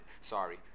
sorry